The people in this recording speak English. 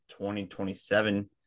2027